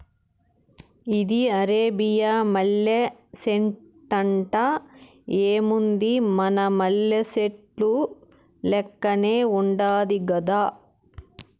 ఇది అరేబియా మల్లె సెట్టంట, ఏముంది మన మల్లె సెట్టు లెక్కనే ఉండాది గదా